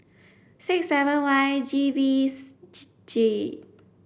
six seven Y G V J